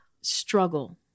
struggle